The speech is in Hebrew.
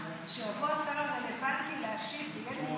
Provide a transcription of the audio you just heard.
אז שיבוא השר הרלוונטי להשיב ויהיה דיון.